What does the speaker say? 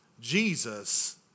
Jesus